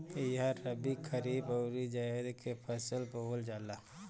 इहा रबी, खरीफ अउरी जायद के फसल बोअल जाला